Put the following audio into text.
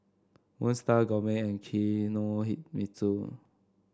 Moon Star Gourmet and Kinohimitsu